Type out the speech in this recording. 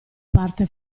parte